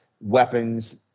weapons